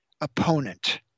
opponent